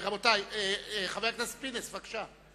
חבר הכנסת פינס, בבקשה.